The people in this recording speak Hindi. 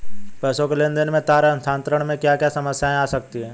पैसों के लेन देन में तार स्थानांतरण में क्या क्या समस्याएं आ सकती हैं?